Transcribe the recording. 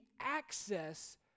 access